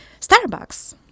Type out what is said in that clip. Starbucks